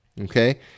okay